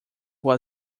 for